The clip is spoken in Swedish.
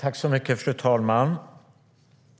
Fru talman!